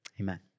Amen